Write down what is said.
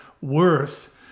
worth